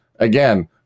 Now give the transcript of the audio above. again